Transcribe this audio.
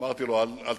אמרתי לו: אל תיסחף,